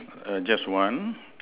err just one